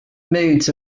moods